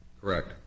Correct